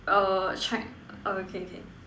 err check oh okay okay